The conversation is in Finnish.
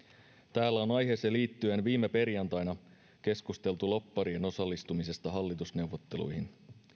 täällä on aiheeseen liittyen viime perjantaina keskusteltu lobbarien osallistumisesta hallitusneuvotteluihin